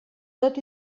tot